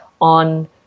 on